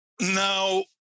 Now